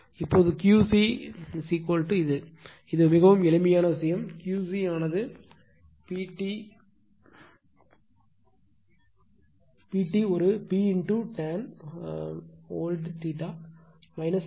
இப்போது Q c இது ஒன்று இது மிகவும் எளிமையான விஷயம் Q c ஆனது PT ஒரு P tan old tan new